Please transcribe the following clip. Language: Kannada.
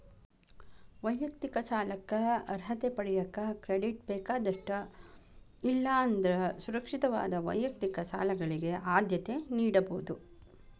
ವೈಯಕ್ತಿಕ ಸಾಲಕ್ಕ ಅರ್ಹತೆ ಪಡೆಯಕ ಕ್ರೆಡಿಟ್ ಬೇಕಾದಷ್ಟ ಇಲ್ಲಾ ಅಂದ್ರ ಸುರಕ್ಷಿತವಾದ ವೈಯಕ್ತಿಕ ಸಾಲಗಳಿಗೆ ಆದ್ಯತೆ ನೇಡಬೋದ್